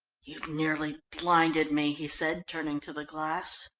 you've nearly blinded me, he said, turning to the glass.